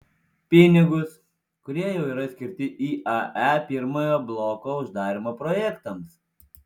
pinigus kurie jau yra skirti iae pirmojo bloko uždarymo projektams